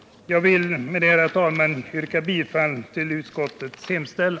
Jag vill med detta, herr talman, yrka bifall till utskottets hemställan.